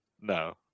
No